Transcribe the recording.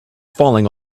falling